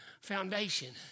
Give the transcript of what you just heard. foundation